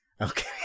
Okay